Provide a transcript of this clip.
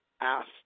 asked